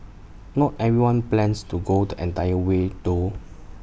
not everyone plans to go the entire way though